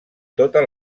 tota